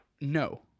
no